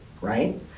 right